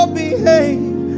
behave